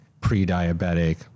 pre-diabetic